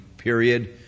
period